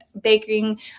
baking